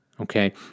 okay